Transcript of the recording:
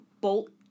Bolt